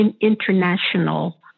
international